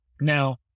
Now